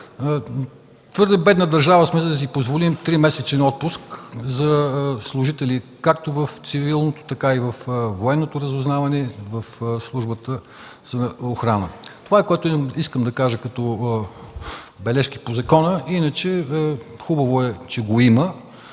Твърде бедна държава сме, за да си позволим 3-месечен отпуск за служители както в цивилното, така и във военното разузнаване, така и в службата за охрана. Това искам да кажа като бележки по закона. Иначе е хубаво, че го има,